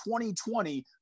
2020